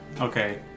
Okay